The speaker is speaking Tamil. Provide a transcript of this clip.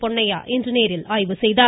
பொன்னையா இன்று நேரில் ஆய்வு செய்தார்